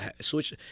switch